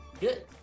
Good